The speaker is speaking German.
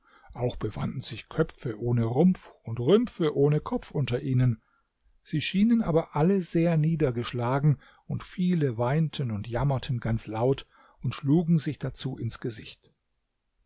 auch befanden sich köpfe ohne rumpf und rümpfe ohne kopf unter ihnen sie schienen aber alle sehr niedergeschlagen und viele weinten und jammerten ganz laut und schlugen sich dazu ins gesicht